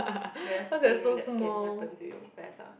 best thing that can happen to you best ah